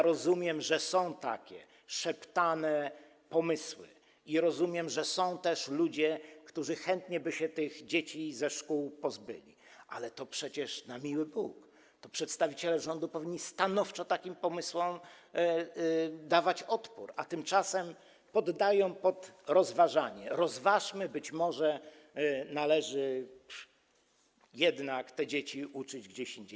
Rozumiem, że są takie szeptane pomysły, i rozumiem, że są też ludzie, którzy chętnie by się tych dzieci ze szkół pozbyli, ale to przecież, na miły Bóg, przedstawiciele rządu powinni stanowczo takim pomysłom dawać odpór, a tymczasem poddają je pod rozwagę: rozważmy, być może należy jednak te dzieci uczyć gdzie indziej.